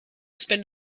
spend